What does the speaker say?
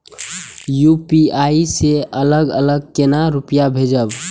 UPI से अलग अलग केना रुपया भेजब